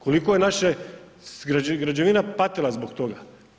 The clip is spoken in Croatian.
Koliko je naše građevina patila zbog toga?